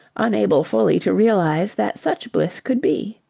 unable fully to realize that such bliss could be.